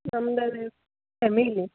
ನಮ್ದು ಅದೇ ಫ್ಯಾಮಿಲಿ